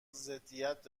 ضدیت